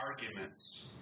arguments